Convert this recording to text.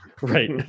right